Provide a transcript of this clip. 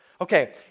Okay